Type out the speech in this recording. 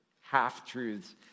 half-truths